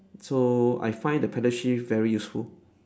so I find the pedal shift very useful